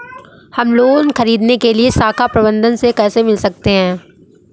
हम लोन ख़रीदने के लिए शाखा प्रबंधक से कैसे मिल सकते हैं?